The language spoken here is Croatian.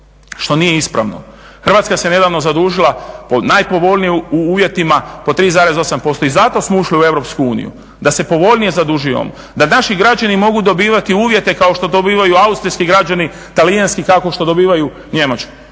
što nije ispravno. Hrvatska se nedavno zadužila po najpovoljnijim uvjetima, po 3,8%. I zato smo ušli u Europsku uniju, da se povoljnije zadužujemo, da naši građani mogu dobivati uvijete kao što dobivaju austrijski građani, talijanski, kao što dobivaju njemački.